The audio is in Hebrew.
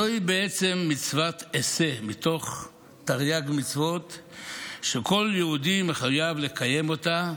זוהי בעצם מצוות עשה מתוך תרי"ג מצוות שכל יהודי מחויב לקיים אותה